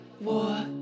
war